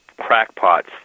crackpots